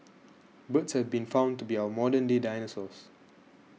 birds have been found to be our modern day dinosaurs